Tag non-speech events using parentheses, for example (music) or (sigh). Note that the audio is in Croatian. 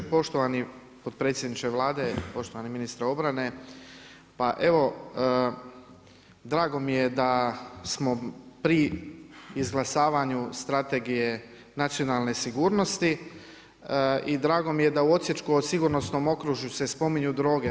Poštovani potpredsjedniče Vlade, poštovani ministre obrane, pa evo drago mi je da smo pri izglasavanju strategije nacionalne sigurnosti i drago mi je da u … (unintelligible) sigurnosnom okružju se spominju droge.